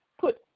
put